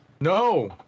No